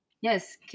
Yes